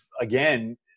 again